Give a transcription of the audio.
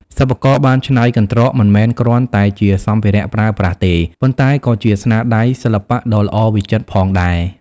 សិប្បករបានច្នៃកន្ត្រកមិនមែនគ្រាន់តែជាសម្ភារៈប្រើប្រាស់ទេ ប៉ុន្តែក៏ជាស្នាដៃសិល្បៈដ៏ល្អវិចិត្រផងដែរ។